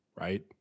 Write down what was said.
right